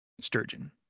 sturgeon